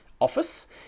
office